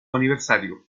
aniversario